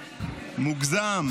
מוגזם.